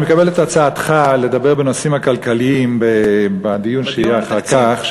אני מקבל את הצעתך לדבר בנושאים הכלכליים בדיון שיהיה אחר כך,